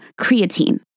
creatine